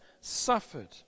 suffered